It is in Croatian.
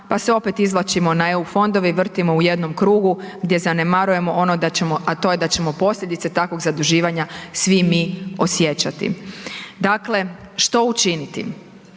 pa se opet izvlačimo na EU fondove i vrtimo u jednom krugu gdje zanemarujemo ono da ćemo, a to je da ćemo posljedice takvog zaduživanja svi mi osjećati. Dakle, što učiniti.